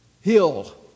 hill